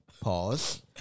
Pause